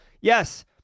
yes